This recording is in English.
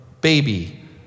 baby